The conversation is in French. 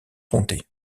comté